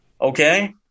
Okay